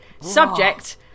Subject